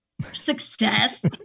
Success